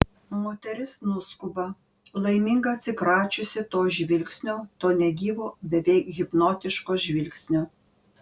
moteris nuskuba laiminga atsikračiusi to žvilgsnio to negyvo beveik hipnotiško žvilgsnio